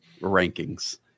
rankings